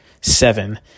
seven